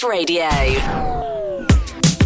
Radio